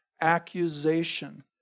accusation